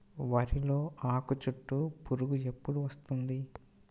వరిలో ఆకుచుట్టు పురుగు ఎప్పుడు వస్తుంది?